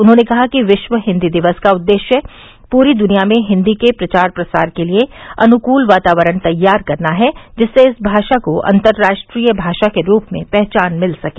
उन्होंने कहा कि विश्व हिन्दी दिवस का उद्देश्य पूरी दुनिया में हिन्दी के प्रचार प्रसार के लिये अनुकूल बातावरण तैयार करना है जिससे इस भाषा को अतर्राष्ट्रीय भाषा के रूप में पहचान मिल सके